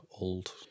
old